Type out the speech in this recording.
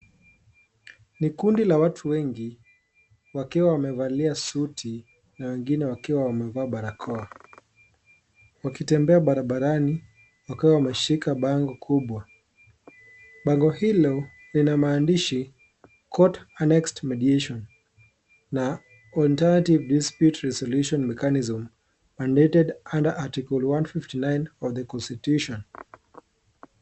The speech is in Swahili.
Ni kundi la watu wengi wakiwa wamevalia suti na wengine wakiwa wamevaa barakoa; wakitembea barabarani wakiwa wameshika bango kubwa. Bango hilo lina maandishi Court Annexed Mediation na Alternative Dispute Resolution Mechanism, Mandated under Article 159 of the Constitution .